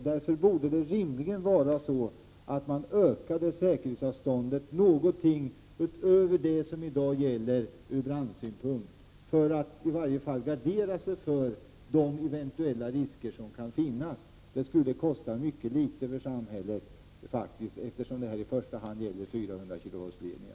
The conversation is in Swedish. Därför borde man rimligen öka säkerhetsavståndet något utöver det som i dag gäller från branschsynpunkt, för att i varje fall gardera sig för de eventuella risker som kan finnas. Det skulle faktiskt kosta mycket litet för samhället, eftersom det här i första hand gäller 400-kV-ledningar.